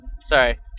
Sorry